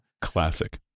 classic